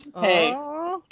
Hey